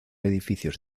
edificios